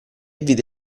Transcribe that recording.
vide